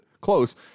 close